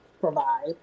provide